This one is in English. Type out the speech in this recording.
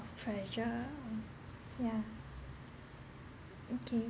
pressure yeah okay